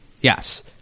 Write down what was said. Yes